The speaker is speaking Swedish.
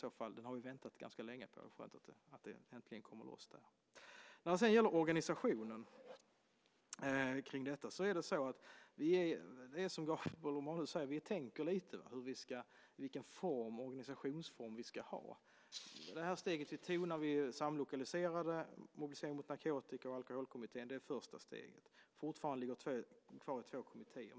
Vi har väntat länge på den. Det är skönt att den äntligen kommer loss. Sedan var det frågan om organisationen. Som Gabriel Romanus säger tänker vi på vilken organisationsform det ska vara. Första steget var när vi samlokaliserade Mobilisering mot narkotika och Alkoholkommittén. Fortfarande är det två kommittéer.